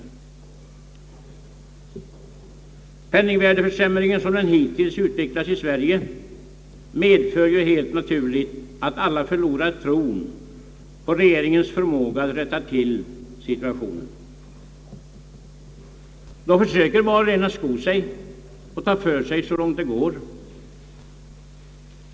Den penningvärdeförsämring som hittills utvecklats i Sverige medför helt naturligt, att alla förlorar tron på regeringens förmåga att rätta till situationen. Var och en försöker sko sig och ta för sig så gott det går.